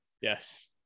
Yes